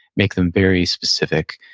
make them very specific,